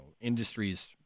industries